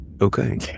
okay